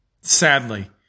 Sadly